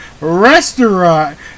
restaurant